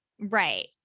Right